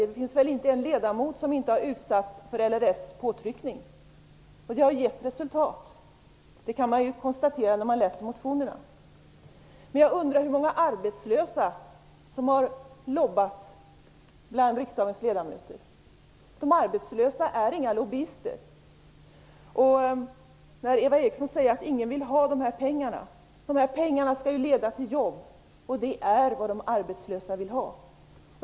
Det finns väl inte en ledamot som inte har utsatts för LRF:s påtryckningar, och det har gett resultat. Det kan man ju konstatera när man läser motionerna. Men jag undrar hur många arbetslösa som har bedrivit lobbying bland riksdagens ledamöter. De arbetslösa är inga lobbyister. Eva Eriksson säger att ingen vill ha pengarna. Dessa pengar skall ju leda till jobb, och det är vad de arbetslösa vill ha.